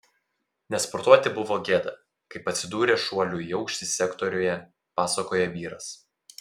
nesportuoti buvo gėda kaip atsidūrė šuolių į aukštį sektoriuje pasakoja vyras